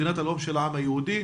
מדינת הלאום של העם היהודי,